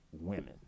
women